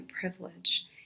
privilege